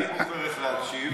אני בוחר איך אני מקשיב.